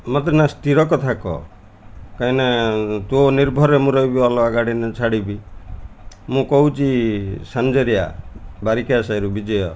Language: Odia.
ମୋତେ ନା ସ୍ଥିର କଥା କହ କାହିଁକିନା ତୋ ନିର୍ଭରରେ ମୁଁ ରହିବି ଅଲଗା ଗାଡ଼ି ନେ ଛାଡ଼ିବି ମୁଁ କହୁଛି ସାଞ୍ଜରିଆ ବାରିକା ସାହିରୁ ବିଜୟ